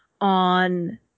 on